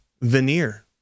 veneer